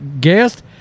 guest